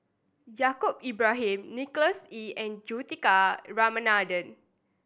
Yaacob Ibrahim Nicholas Ee and Juthika Ramanathan